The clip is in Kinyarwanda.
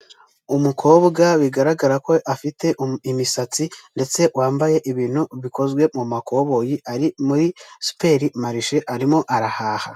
Ogisisi foiri biro akaba ari ibiro bifasha abaza kuvunjisha amafaranga yabo bayakura mu bwoko runaka bw'amafaranga bayashyira mu bundi bwoko runaka bw'amafaranga, aha turabonamo mudasobwa, turabonamo n'umugabo wicaye ategereje gufasha abakiriya baza kuvunjisha amafaranga yawe.